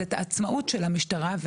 ואת העצמאות של המשטרה,